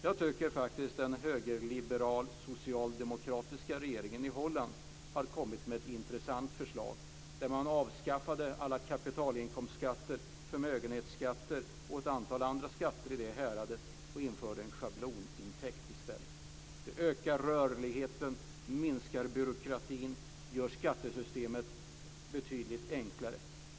Jag tycker faktiskt att regeringen i Holland med högerliberaler och socialdemokrater har kommit med ett intressant förslag där man avskaffade alla kapitalinkomstskatter, förmögenhetsskatter och ett antal andra skatter i det häradet och införde en schablonintäkt i stället. Det ökar rörligheten, minskar byråkratin och gör skattesystemet betydligt enklare.